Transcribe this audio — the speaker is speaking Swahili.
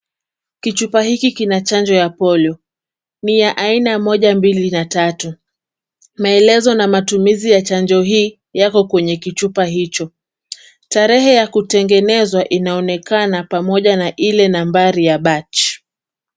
Kichupa hiki kina chanjo ya polio. Ni ya aina moja, mbili na tatu. Maelezo na matumizi ya chanjo hii yako kwenye kichupa hicho. Tarehe ya kutengenezwa inaonekana pamoja na ile nambari ya batch .